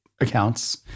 accounts